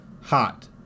hot